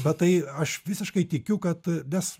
bet tai aš visiškai tikiu kad nes